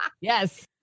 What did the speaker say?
Yes